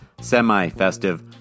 semi-festive